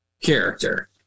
character